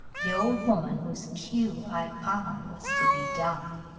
the old woman, whose cue i found was to be dumb,